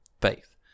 faith